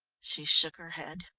she shook her head.